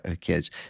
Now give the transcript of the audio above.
kids